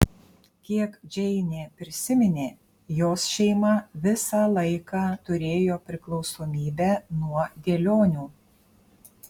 kiek džeinė prisiminė jos šeima visą laiką turėjo priklausomybę nuo dėlionių